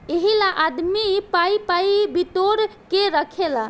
एहिला आदमी पाइ पाइ बिटोर के रखेला